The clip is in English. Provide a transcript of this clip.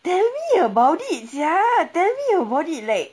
tell me about it sia tell me about it like